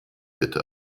bitte